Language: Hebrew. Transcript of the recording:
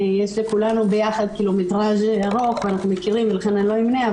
יש לכולנו ביחד קילומטראז' ארוך ואנחנו מכירים ולכן אני לא אמנה,